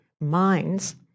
minds